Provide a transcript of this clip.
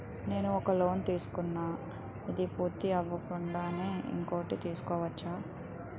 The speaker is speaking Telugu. నేను ఒక లోన్ తీసుకున్న, ఇది పూర్తి అవ్వకుండానే ఇంకోటి తీసుకోవచ్చా?